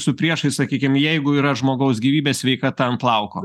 su priešais sakykim jeigu yra žmogaus gyvybė sveikata an plauko